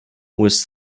was